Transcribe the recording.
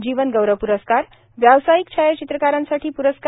जीवनगौरव प्रस्कार व्यावसायिक छायाचित्रकारांसाठी प्रस्कार